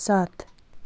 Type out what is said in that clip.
सात